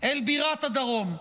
אל בירת הדרום.